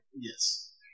Yes